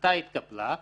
ההחלטה התקבלה,